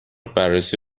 بررسی